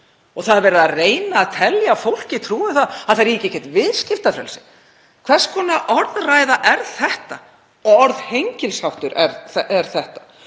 Og það er verið að reyna að telja fólki trú um að það ríki ekkert viðskiptafrelsi. Hvers konar orðræða er þetta og orðhengilsháttur? Ég segi